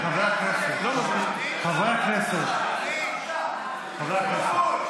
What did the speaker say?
חברי הכנסת, חברי הכנסת, חברי הכנסת,